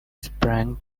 sprang